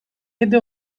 yedi